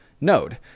node